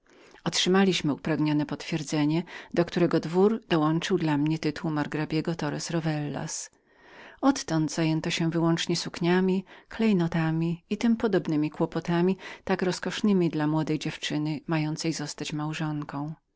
otrzymaliśmy upragnione potwierdzenie do którego dwór dołączył dla mnie tytuł margrabiego torres ravellasrovellas odtąd zajęto się wyłącznie sukniami strojami klejnotami i wszystkiemi kłopotami tak rozkosznemi dla młodej dziewczyny mającej zostać małżonką